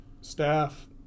Staff